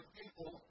people